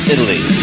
Italy